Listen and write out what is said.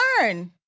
learn